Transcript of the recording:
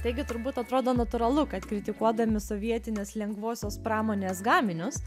taigi turbūt atrodo natūralu kad kritikuodami sovietinės lengvosios pramonės gaminius